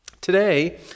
Today